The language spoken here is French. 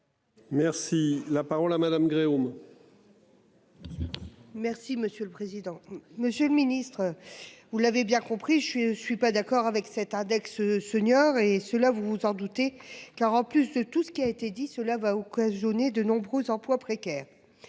Merci la parole à Madame Gréaume. Merci monsieur le président, Monsieur le Ministre. Vous l'avez bien compris, je suis je suis pas d'accord avec cet index seniors et cela vous vous en doutez, car en plus de tout ce qui a été dit, cela va occasionner de nombreux emplois précaires.